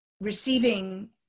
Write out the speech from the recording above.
receiving